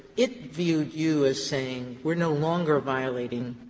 it viewed you as saying, we are no longer violating,